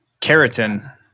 keratin